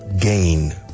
gain